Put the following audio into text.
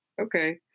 okay